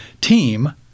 team